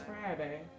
Friday